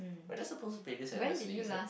we're just supposed to play this endlessly is it